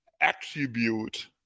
attribute